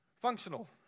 Functional